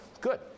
good